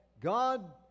God